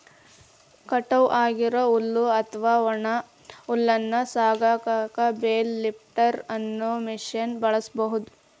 ಕಟಾವ್ ಆಗಿರೋ ಹುಲ್ಲು ಅತ್ವಾ ಒಣ ಹುಲ್ಲನ್ನ ಸಾಗಸಾಕ ಬೇಲ್ ಲಿಫ್ಟರ್ ಅನ್ನೋ ಮಷೇನ್ ಬಳಸ್ಬಹುದು